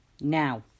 Now